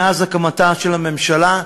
מאז הקמת הממשלה,